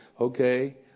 okay